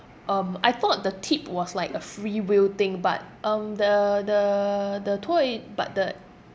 um I thought the tip was like a free will thing but um the the the tour it but the